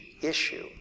issue